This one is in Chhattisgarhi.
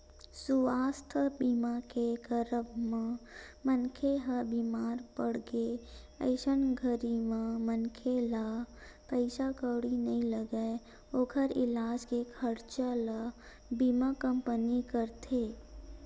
सुवास्थ बीमा के कराब म मनखे ह बीमार पड़गे अइसन घरी म मनखे ला पइसा कउड़ी नइ लगय ओखर इलाज के खरचा ल बीमा कंपनी करथे